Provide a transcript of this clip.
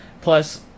Plus